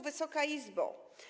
Wysoka Izbo!